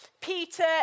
Peter